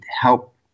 help